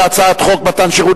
ההצעה להעביר את הצעת חוק מתן שירות